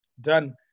done